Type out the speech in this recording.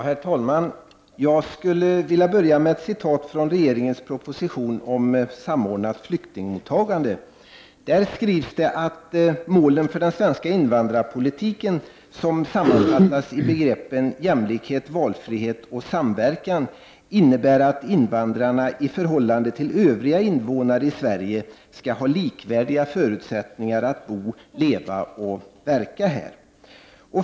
Herr talman! Jag skulle vilja börja med att läsa ur regeringens proposition om samordnat flyktingmottagande. Där skrivs att målen för den svenska invandrarpolitiken, som sammanfattas i begreppen jämlikhet, valfrihet och samverkan, innebär att invandrare i förhållande till övriga invånare i Sverige skall ha likvärdiga förutsättningar att bo, leva och verka här.